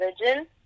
religion